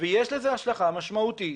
ויש לזה השלכה משמעותית,